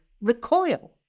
recoil